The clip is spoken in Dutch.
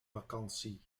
vakantie